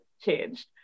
changed